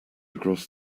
across